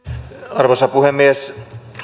arvoisa puhemies